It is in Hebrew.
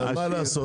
מה לעשות?